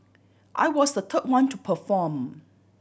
I was the third one to perform